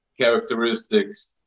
characteristics